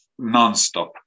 nonstop